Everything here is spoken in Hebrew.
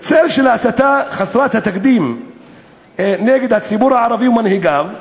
בצל של ההסתה חסרת התקדים נגד הציבור הערבי ומנהיגיו,